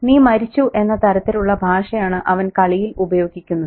നീ മരിച്ചു എന്ന തരത്തിലുള്ള ഭാഷയാണ് അവൻ കളിയിൽ ഉപയോഗിക്കുന്നത്